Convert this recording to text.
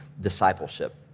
discipleship